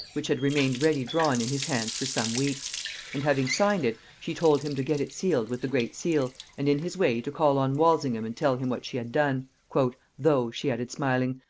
which had remained ready drawn in his hands for some weeks and having signed it, she told him to get it sealed with the great seal, and in his way to call on walsingham and tell him what she had done though, she added smiling,